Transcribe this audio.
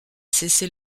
cessez